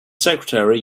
secretary